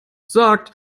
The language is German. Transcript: sagt